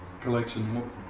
collection